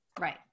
Right